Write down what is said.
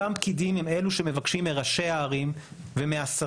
אותם פקידים הם אלו שמבקשים מראשי הערים ומהשרים,